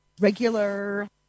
regular